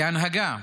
כהנהגה,